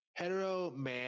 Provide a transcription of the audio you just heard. heteroman